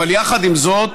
אבל יחד עם זאת,